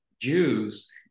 Jews